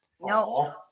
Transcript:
No